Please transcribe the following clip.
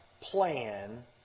plan